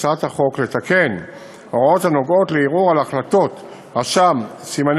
הצעת החוק מבקשת לתקן הוראות הנוגעות בערעור על החלטות רשם סימני